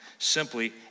Simply